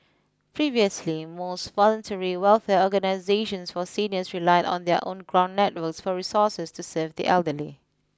previously most voluntary welfare organisations for seniors relied on their own ground networks for resources to serve the elderly